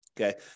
Okay